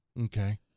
Okay